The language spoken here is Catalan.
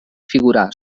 figurar